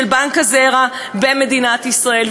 של בנק הזרע במדינת ישראל,